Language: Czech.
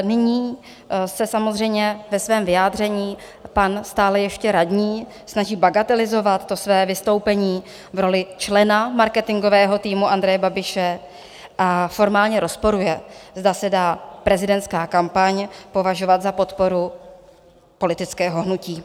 Nyní se samozřejmě ve svém vyjádření pan stále ještě radní snaží bagatelizovat své vystoupení v roli člena marketingového týmu Andreje Babiše a formálně rozporuje, zda se dá prezidentská kampaň považovat za podporu politického hnutí.